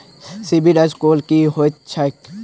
CIBIL score की होइत छैक?